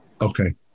Okay